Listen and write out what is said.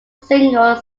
single